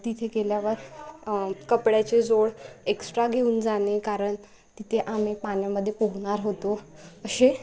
तिथे गेल्यावर कपड्याचे जोड एक्स्ट्रा घेऊन जाणे कारण तिथे आम्ही पाण्यामध्ये पोहणार होतो असे